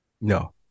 No